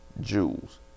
jewels